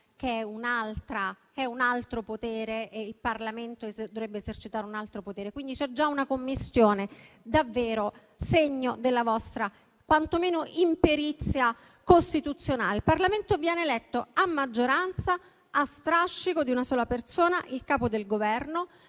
che è un potere, mentre il Parlamento dovrebbe esercitarne un altro, quindi c'è già una commistione, davvero quantomeno segno della vostra imperizia costituzionale. Il Parlamento viene eletto a maggioranza, a strascico di una sola persona, il Capo del Governo;